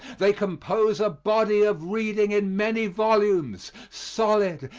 they compose a body of reading in many volumes solid,